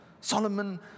Solomon